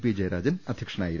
P Jayarajan അധ്യക്ഷനായിരുന്നു